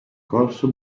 corso